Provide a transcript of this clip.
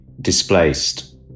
displaced